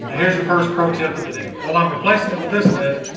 here's your first pro tip of the day well, i'm replacing it with this lid